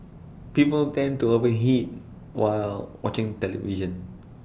people tend to over eat while watching television